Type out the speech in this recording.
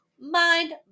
Mind